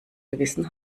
gewissen